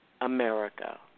America